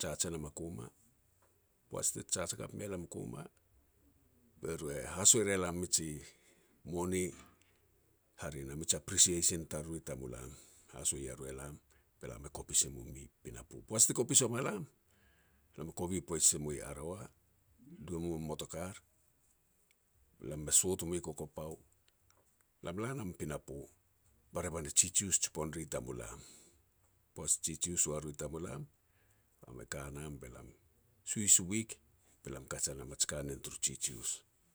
judge e nam a koma. Poaj ti judge hakap me lam u koma, be ru e haso e re lam a miji mone, hare na miji appreciation taruru i tamulam, haso ya ru elam, be lam e kopis i mum i pinapo. Poaj ti kopis wama lam, be lam kovi poij si mui Arawa, lu e mum a motokar, be lam me sot u mui Kokopau, be lam la nam i pinapo, ba revan e jijius jipon ri tamulam. Poaj ti jijius waru i tamulam, be lam e ka nam, be lam suhis u wik be lam e kaj e nam a ji kanen taru jijius.